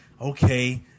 okay